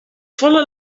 folle